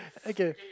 okay